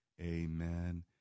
amen